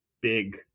big